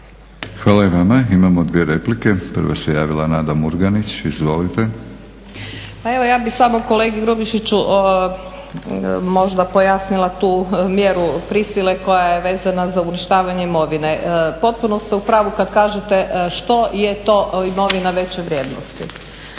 Hvala i vama. Imamo dvije replike. Prva se javila Nada Murganić, izvolite. **Murganić, Nada (HDZ)** Pa evo ja bih samo kolegi Grubišiću možda pojasnila tu mjeru prisile koja je vezana za uništavanje imovine. Potpuno ste u pravu kad kažete što je to imovina veće vrijednosti,